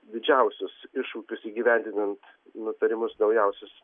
didžiausius iššūkius įgyvendinant nutarimus naujausius